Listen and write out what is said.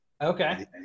Okay